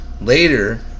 Later